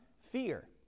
Fear